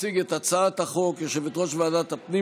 תציג את הצעת החוק יושבת-ראש ועדת הפנים